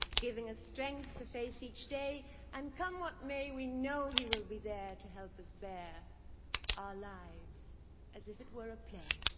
giving us strength to face each day and come what may, we know he will be there to help us bear our lives as if it were a play.